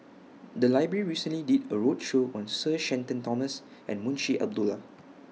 The Library recently did A roadshow on Sir Shenton Thomas and Munshi Abdullah